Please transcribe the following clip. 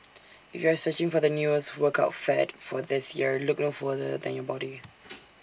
if you are searching for the newest workout fad for this year look no further than your body